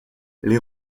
les